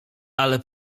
ale